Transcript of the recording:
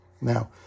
Now